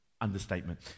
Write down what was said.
Understatement